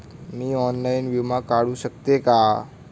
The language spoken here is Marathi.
मी ऑनलाइन विमा काढू शकते का?